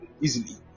easily